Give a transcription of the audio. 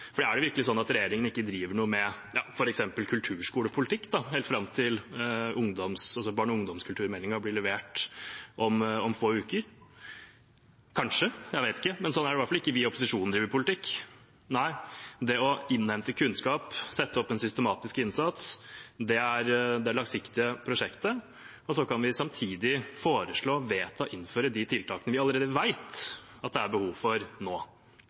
Er det virkelig sånn at regjeringen ikke driver noe med f.eks. kulturskolepolitikk, helt fram til barne- og ungdomskulturmeldingen blir levert om få uker? Kanskje, jeg vet ikke, men sånn driver i hvert fall ikke vi i opposisjonen politikk. Det å innhente kunnskap, sette opp en systematisk innsats, er det langsiktige prosjektet. Så kan vi samtidig foreslå, vedta og innføre de tiltakene vi allerede vet det er behov for nå,